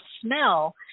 smell